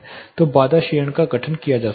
तो बाधा क्षीणन का गठन किया जा सकता है